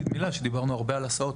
רק להגיד מילה שדיברנו הרבה על הסעות,